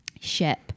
Ship